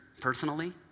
personally